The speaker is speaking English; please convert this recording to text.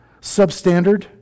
substandard